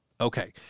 Okay